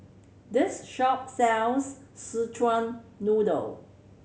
this shop sells Szechuan Noodle